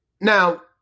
Now